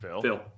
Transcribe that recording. Phil